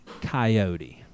Coyote